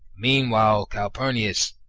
meanwhile calpurnius,